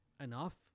enough